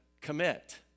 commit